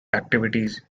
activities